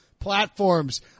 platforms